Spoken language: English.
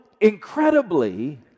incredibly